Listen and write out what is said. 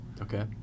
Okay